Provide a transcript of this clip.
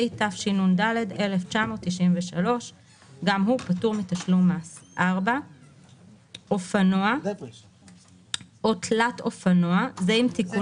התשנ"ד 1993 פטור מתשלום מס 4. אופנוע או תלת אופנוע כהגדרתו לפי